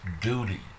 duty